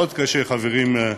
מאוד קשה, חברים,